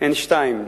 הן שתיים: